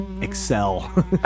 Excel